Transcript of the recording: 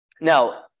Now